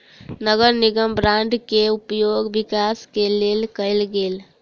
नगर निगम बांड के उपयोग विकास के लेल कएल गेल